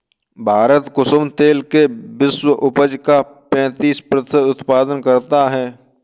भारत कुसुम तेल के विश्व उपज का पैंतीस प्रतिशत उत्पादन करता है